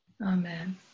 Amen